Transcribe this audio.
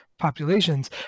populations